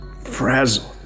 frazzled